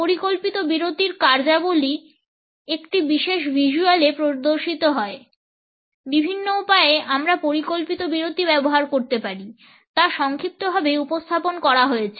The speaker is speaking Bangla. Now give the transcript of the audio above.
পরিকল্পিত বিরতির কার্যাবলী এই বিশেষ ভিজ্যুয়ালে প্রদর্শিত হয় বিভিন্ন উপায়ে আমরা পরিকল্পিত বিরতি ব্যবহার করতে পারি তা সংক্ষিপ্তভাবে উপস্থাপন করা হয়েছে